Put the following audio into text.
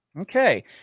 Okay